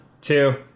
two